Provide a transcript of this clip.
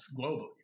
globally